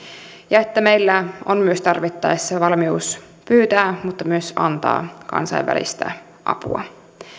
ja että meillä on myös tarvittaessa valmius pyytää mutta myös antaa kansainvälistä apua